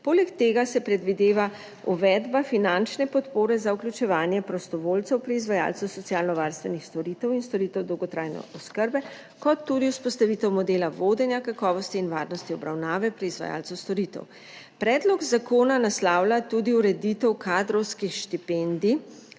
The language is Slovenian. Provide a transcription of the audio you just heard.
Poleg tega se predvideva uvedba finančne podpore za vključevanje prostovoljcev pri izvajalcu socialnovarstvenih storitev in storitev dolgotrajne oskrbe kot tudi vzpostavitev modela vodenja kakovosti in varnosti obravnave pri izvajalcu storitev. Predlog zakona naslavlja tudi ureditev kadrovskih štipendij,